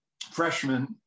freshman